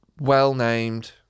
well-named